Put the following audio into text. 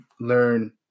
learn